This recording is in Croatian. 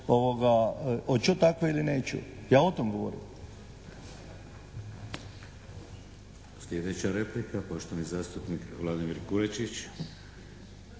'oće takve ili neću. Ja o tom govorim.